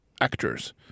actors